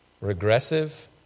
regressive